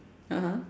(uh huh)